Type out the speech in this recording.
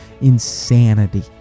insanity